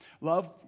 Love